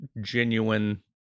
genuine